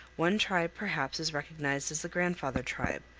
one tribe perhaps is recognized as the grandfather tribe,